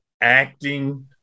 acting